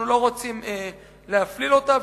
אנחנו לא רוצים להפליל אותה,